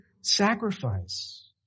sacrifice